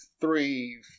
three